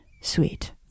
sweet